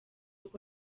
uko